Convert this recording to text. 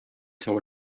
told